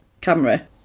camera